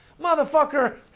Motherfucker